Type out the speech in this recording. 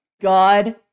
god